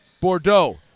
Bordeaux